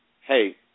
Hey